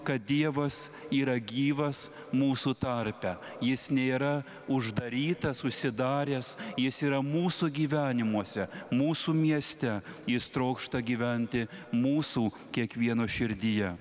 kad dievas yra gyvas mūsų tarpe jis nėra uždarytas užsidaręs jis yra mūsų gyvenimuose mūsų mieste jis trokšta gyventi mūsų kiekvieno širdyje